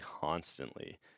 constantly